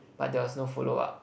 but there was no follow up